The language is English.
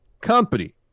company